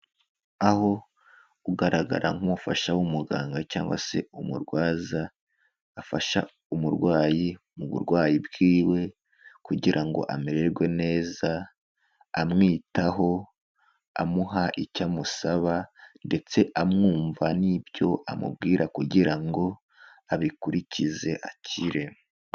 Aho ugaragara nk'umufasha w'umuganga cyangwa se umurwaza afasha umurwayi mu burwayi bwiwe kugira ngo amererwe neza, amwitaho amuha icyo amusaba ndetse amwumva n'ibyo amubwira kugira ngo abikurikize akire.